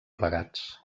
plegats